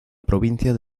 provincia